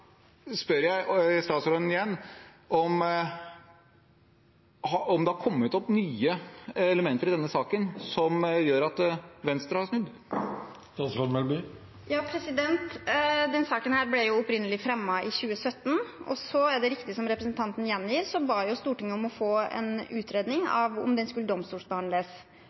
spør jeg statsråden igjen om det har kommet opp nye elementer i denne saken som gjør at Venstre har snudd. Denne saken ble opprinnelig fremmet i 2017. Så er det riktig som representanten gjengir, at Stortinget ba om å få en utredning av om det skulle domstolsbehandles.